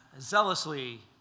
zealously